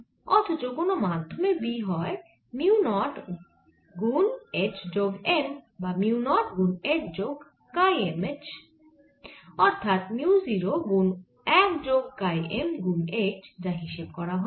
অথচ কোন মাধ্যমে B হয় মিউ নট গুন H যোগ M বা মিউ নট গুন H যোগ কাই M H অর্থাৎ মিউ 0 গুন 1 যোগ কাই M গুন H যা হিসেব করা হয়েছিল